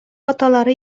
аталары